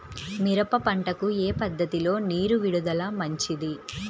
మిరప పంటకు ఏ పద్ధతిలో నీరు విడుదల మంచిది?